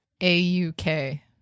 A-U-K